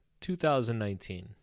2019